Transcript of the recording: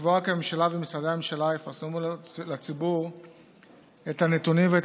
לקבוע כי הממשלה ומשרדי הממשלה יפרסמו לציבור את הנתונים ואת